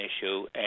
issue